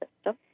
system